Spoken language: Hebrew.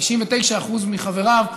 99% מחבריו,